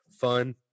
fun